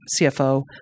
CFO